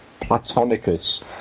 platonicus